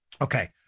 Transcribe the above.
Okay